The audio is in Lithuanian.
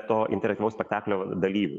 to interaktyvaus spektaklio dalyviu